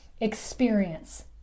experience